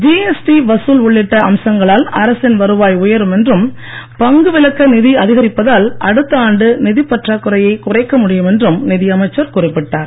GST வசூல் உள்ளிட்ட அம்சங்களால் அரசின் வருவாய் உயரும் என்றும் பங்கு விலக்க நிதி அதிகரிப்பதால் அடுத்த ஆண்டு நிதிப் பற்றாக்குறையை குறைக்க முடியும் என்றும் நிதி அமைச்சர் குறிப்பிட்டார்